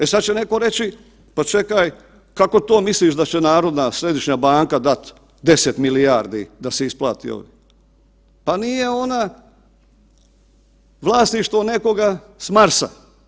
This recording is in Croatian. E sada će netko reći pa čekaj kako to misliš da će Narodna središnja banka dati 10 milijardi da se isplati ovih, pa nije ona vlasništvo nekoga s Marsa.